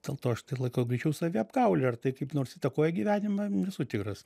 dėl to aš tai laikau greičiau saviapgaule ar tai kaip nors įtakoja gyvenimą nesu tikras